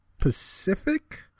Pacific